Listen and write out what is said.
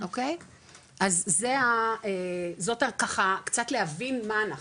אז זאת ככה קצת להבין מה אנחנו,